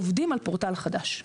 עובדים על פורטל חדש.